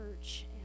Church